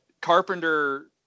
Carpenter